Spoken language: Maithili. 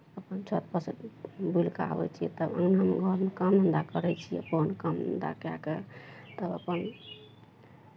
अपन छतपर सँ बुलि कऽ आबै छियै तब अङ्गनामे घरमे काम धन्धा करै छियै अपन काम धन्धा कए कऽ तब अपन